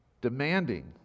demanding